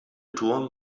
turm